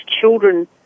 children